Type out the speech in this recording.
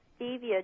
stevia